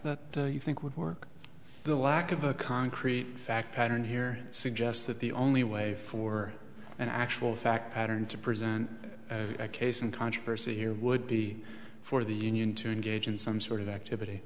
that you think would work the lack of a concrete fact pattern here suggests that the only way for an actual fact pattern to present a case in controversy here would be for the union to engage in some sort of activity